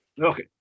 Okay